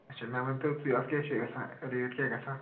اَچھا مےٚ ؤنۍتو تُہۍ اَتھ کیٛاہ چھِ گژھان ریٹ کیٛاہ گژھان